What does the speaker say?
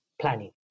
planning